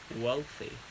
wealthy